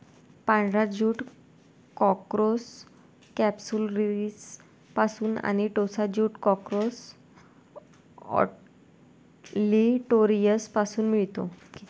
पांढरा jute Corchorus कॅप्सुलरिसपासून आणि टोसा ज्यूट कॉर्कोरस ऑलिटोरियसपासून मिळतो